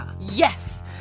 Yes